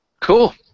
Cool